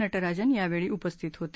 नटराजन यावेळी उपस्थित होते